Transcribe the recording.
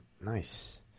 nice